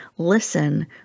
listen